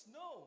no